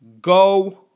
Go